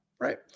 right